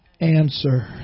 answer